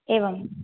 एवं